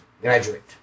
graduate